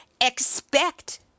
expect